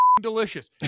delicious